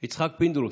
יצחק פינדרוס,